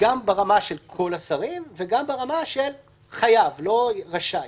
גם ברמה של כל השרים וגם ברמה של חייב, לא רשאי.